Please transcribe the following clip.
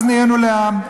אז נהיינו לעם.